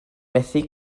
methu